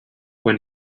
when